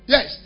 Yes